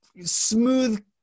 smooth